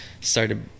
started